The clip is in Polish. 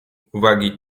uwagi